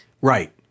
Right